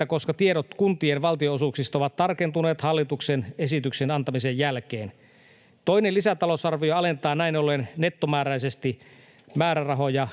28.90.30, koska tiedot kuntien valtionosuuksista ovat tarkentuneet hallituksen esityksen antamisen jälkeen. Toinen lisäta-lousarvio alentaa näin ollen nettomääräisesti määrärahoja